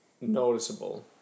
noticeable